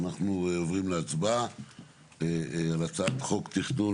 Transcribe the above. אנחנו עוברים להצבעה על הצעת חוק התכנון